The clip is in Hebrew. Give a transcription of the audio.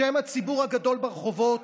בשם הציבור הגדול ברחובות,